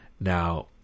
now